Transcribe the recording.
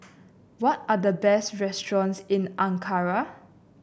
what are the best restaurants in Ankara